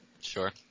Sure